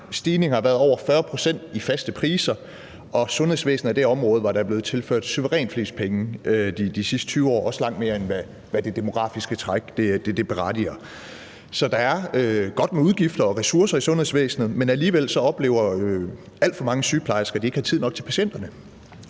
stigningen har været på over 40 pct. i faste priser, og sundhedsvæsenet er det område, der er blevet tilført suverænt flest penge de sidste 20 år, også langt mere end det, det demografiske træk berettiger til. Så der er godt med midler og ressourcer i sundhedsvæsenet, men alligevel oplever alt for mange sygeplejersker, at de ikke har tid nok til patienterne.